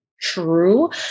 true